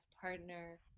partner